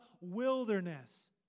wilderness